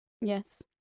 Yes